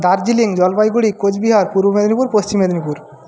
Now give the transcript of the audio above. Darjeeling Jalpaiguri Cooch Behar Purba Medinipur Paschim Medinipur